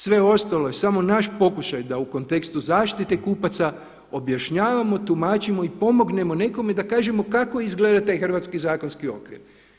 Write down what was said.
Sve ostalo je samo naš pokušaj da u kontekstu zaštite kupaca objašnjavamo, tumačimo i pomognemo nekome da kažemo kako izgleda taj hrvatski zakonski okvir.